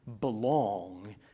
belong